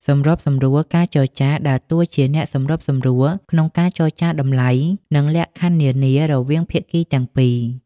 សម្របសម្រួលការចរចា ដើរតួជាអ្នកសម្របសម្រួលក្នុងការចរចាតម្លៃ និងលក្ខខណ្ឌនានា រវាងភាគីទាំងពីរ។